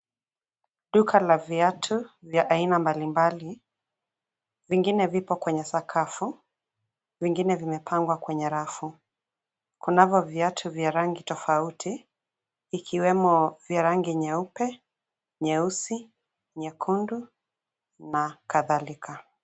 Duka la viatu vya aina mbali mbali . Vingine vipo kwenye sakafu, vingine vimepangwa kwenye rafu. Kunavyo viatu vya rangi tofauti, ikiwemo vya rangi nyeupe, nyeusi, nyekundu na kadhalika.